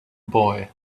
boy